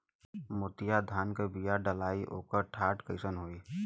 मोतिया धान क बिया डलाईत ओकर डाठ कइसन होइ?